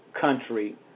country